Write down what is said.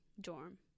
dorm